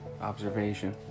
Observation